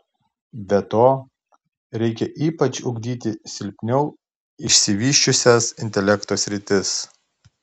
be to reikia ypač ugdyti silpniau išsivysčiusias intelekto sritis